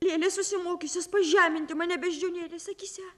lėles susimokiusios pažeminti mane beždžionėlės akyse